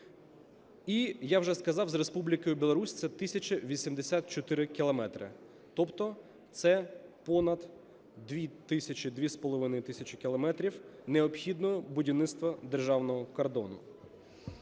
і, я вже сказав, з Республікою Білорусь – це 1 тисяча 84 кілометри, тобто це понад 2 тисячі - 2,5 тисячі кілометрів необхідного будівництва державного кордону.